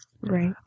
right